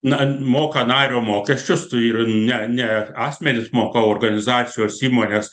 na moka nario mokesčius tu ir ne ne asmenys moka o organizacijos įmonės